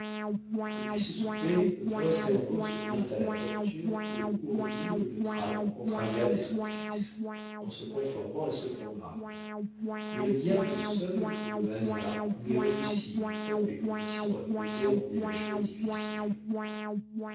depuis ce souper vingt cerveaux se mirent à la torture pour ourdir une trame contre agathe et son fils en se conformant à ce programme mais le diable seul ou le hasard pouvait réussir tant les conditions imposées rendaient la chose difficile